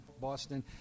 Boston